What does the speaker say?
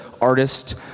artist